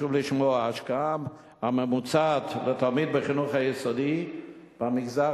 חשוב לשמוע: ההשקעה הממוצעת לתלמיד בחינוך היסודי במגזר